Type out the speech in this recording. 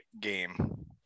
game